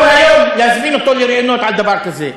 כל היום להזמין אותו לראיונות על דבר כזה.